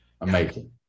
Amazing